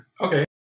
Okay